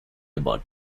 about